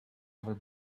never